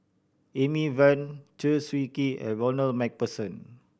Amy Van Chew Swee Kee and Ronald Macpherson